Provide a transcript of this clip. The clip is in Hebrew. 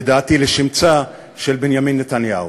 לדעתי לשמצה, של בנימין נתניהו.